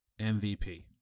MVP